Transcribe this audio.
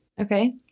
Okay